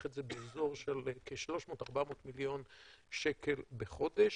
את זה באזור של כ-300 400 מיליון שקל בחודש.